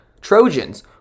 Trojans